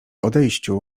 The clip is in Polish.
odejściu